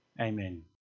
Amen